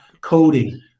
coding